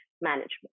management